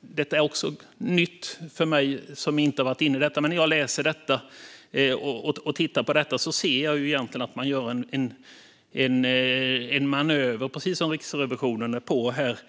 Detta är nytt för mig, men när jag tittar på det ser jag att man, precis som Riksrevisionen påpekade, gör en manöver för